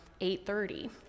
8.30